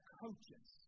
coaches